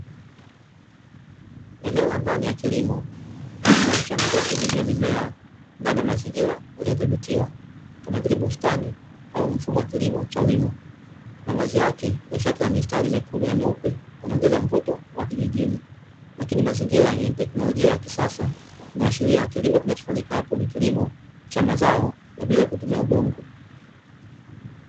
Eneo la ndani ya kilimo likimuonyesha mtu akihudumia mimea ndani ya mazingira yaliyodhibitiwa, kama vile bustani au mfumo wa kilimo cha wima. Mavazi yake ya shati la mistari mekundu na meupe yanaongeza mvuto wa kijijini. Lakini mazingira yenye teknolojia ya kisasa yanaashiria kilimo kinachofanyika hapo ni kilimo cha mazao ya bila kutumia udongo.